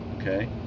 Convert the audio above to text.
okay